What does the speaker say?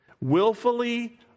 willfully